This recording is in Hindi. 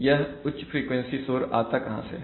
यह उच्च फ्रीक्वेंसी शोर आता कहां से है